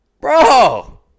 bro